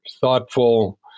thoughtful